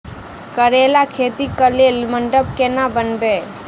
करेला खेती कऽ लेल मंडप केना बनैबे?